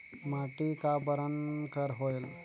माटी का बरन कर होयल?